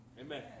Amen